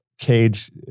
Cage